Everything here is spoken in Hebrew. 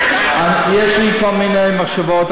יש לי כל מיני מחשבות.